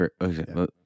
okay